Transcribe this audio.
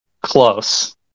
Close